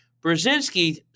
Brzezinski